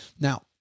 now